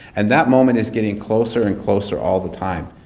and that moment is getting closer, and closer all the time.